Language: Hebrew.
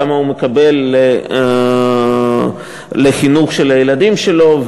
כמה הוא מקבל לחינוך הילדים שלו,